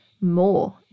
more